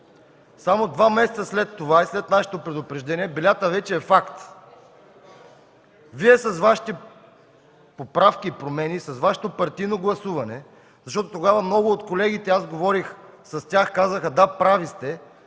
Само два месеца след това и след нашето предупреждение белята вече е факт. Вие с Вашите поправки и промени, с Вашето партийно гласуване... Тогава много от колегите, говорих с тях, казаха: „Да, прави сте,